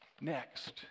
Next